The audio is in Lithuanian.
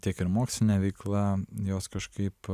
tiek ir mokslinė veikla jos kažkaip